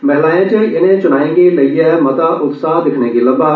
महिलाएं च इनें चुनाएं गी लेई मता उत्साह् दिक्खने गी लक्मा